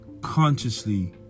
consciously